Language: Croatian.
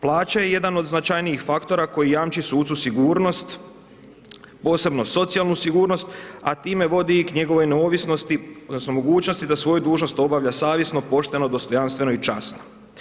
Plaća je jedan od značajnijih faktora koji jamči sucu sigurnost, posebno socijalnu sigurnost a time vodi i k njegovoj neovisnosti odnosno mogućnosti da svoju dužnost obavlja savjesno, pošteno, dostojanstveno i časno.